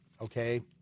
okay